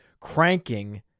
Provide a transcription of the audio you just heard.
cranking